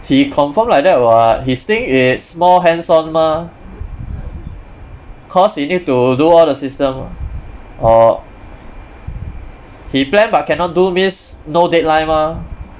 he confirm like that [what] his thing is more hands-on mah cause he need to do all the system err he plan but cannot do means no deadline mah